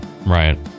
right